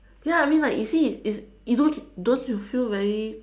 ya I mean like you see you you don't don't you feel very